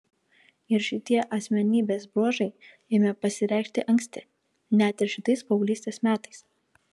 ir šitie asmenybės bruožai ėmė pasireikšti anksti net ir šitais paauglystės metais